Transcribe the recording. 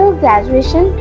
graduation